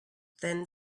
then